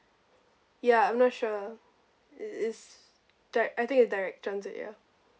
ya I'm not sure it is like I think it's direct transit ya